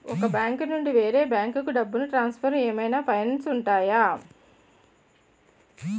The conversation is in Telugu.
ఒక బ్యాంకు నుండి వేరే బ్యాంకుకు డబ్బును ట్రాన్సఫర్ ఏవైనా ఫైన్స్ ఉంటాయా?